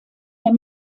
der